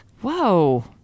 Whoa